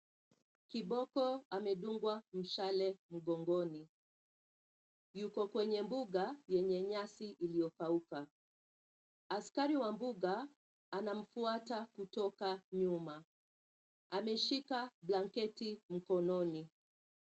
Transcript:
Kiboko amedungwa mshale mgongoni, yuko kwenye mbuga yenye nyasi iliyokauka. Askari wa mbuga anamfuata kutoka nyuma, ameshika blanketi mkononi.